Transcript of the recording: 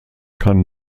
kann